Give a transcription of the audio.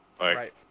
Right